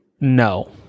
No